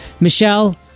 Michelle